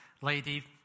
lady